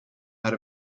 out